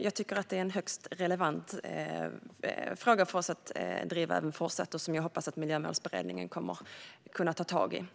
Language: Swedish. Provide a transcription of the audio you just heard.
Jag tycker därför att detta är en högst relevant fråga för oss att driva även i fortsättningen, och jag hoppas att Miljömålsberedningen kommer att kunna ta tag i den.